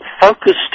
focused